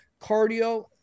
cardio